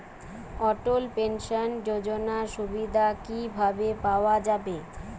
অটল pension যোজনার সুবিধা কি ভাবে পাওয়া যাবে?